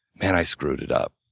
man, i screwed it up,